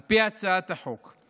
על פי הצעת החוק,